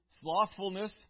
Slothfulness